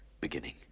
beginning